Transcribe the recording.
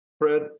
Fred